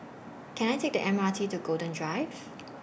Can I Take The M R T to Golden Drive